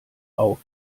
auf